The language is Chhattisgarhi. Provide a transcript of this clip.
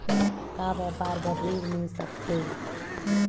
का व्यापार बर ऋण मिल सकथे?